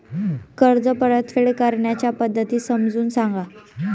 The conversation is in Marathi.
कर्ज परतफेड करण्याच्या पद्धती समजून सांगा